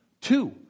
Two